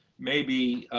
maybe